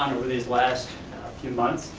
on over these last few months,